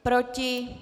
Proti?